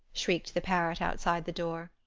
shrieked the parrot outside the door.